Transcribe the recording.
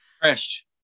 Fresh